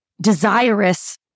desirous